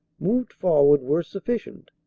moved forward were sufficient,